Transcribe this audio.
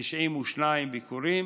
מ-6,492 ביקורים